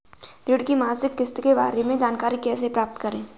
ऋण की मासिक किस्त के बारे में जानकारी कैसे प्राप्त करें?